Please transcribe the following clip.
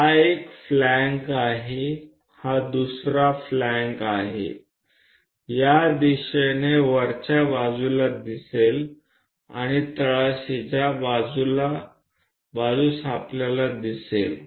આ એક ફ્લેંક છે આ બીજી ફ્લેંક છે આ ફ્લેંક્સ આપણે ઉપરની બાજુએ જોઈશુ અને નીચેની બાજુએ પણ આપણે તેને જોઈશું